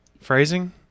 Phrasing